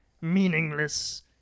meaningless